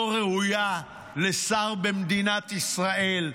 לא ראויה לשר במדינת ישראל.